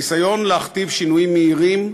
ניסיון להכתיב שינויים מהירים,